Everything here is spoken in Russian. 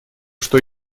что